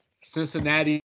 Cincinnati